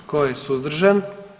Tko je suzdržan?